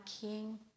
king